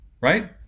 Right